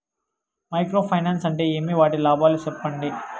Micro finance అంటే ఏమి? వాటి లాభాలు సెప్పండి?